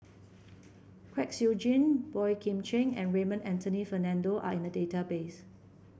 Kwek Siew Jin Boey Kim Cheng and Raymond Anthony Fernando are in the database